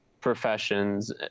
professions